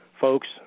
Folks